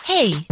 Hey